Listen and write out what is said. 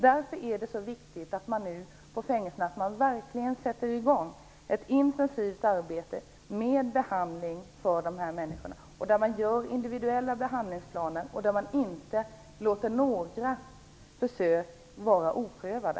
Därför är det så viktigt att man på fängelserna nu verkligen sätter i gång ett intensivt arbete med behandling för dessa människor, att man gör individuella behandlingsplaner och att man inte låter några försök vara oprövade.